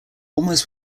almost